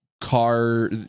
car